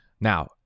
Now